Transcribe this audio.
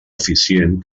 eficient